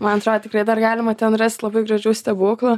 man atrodo tikrai dar galima ten rast labai gražių stebuklų